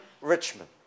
Richmond